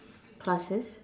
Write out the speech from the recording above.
classes